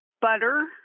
butter